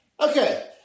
Okay